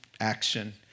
action